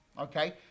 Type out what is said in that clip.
Okay